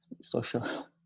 social